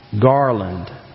garland